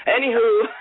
Anywho